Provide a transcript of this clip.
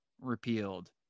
repealed